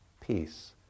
peace